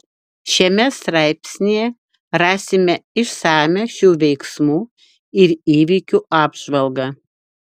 šiame straipsnyje rasime išsamią šių veiksmų ir įvykių apžvalgą